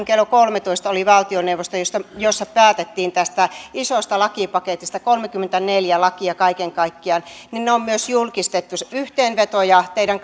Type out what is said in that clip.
kello kolmetoista oli valtioneuvoston istunto jossa päätettiin tästä isosta lakipaketista kolmekymmentäneljä lakia kaiken kaikkiaan ja ne on myös julkistettu yhteenvetoja on teidän